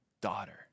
daughter